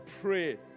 pray